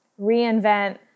reinvent